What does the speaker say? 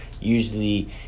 usually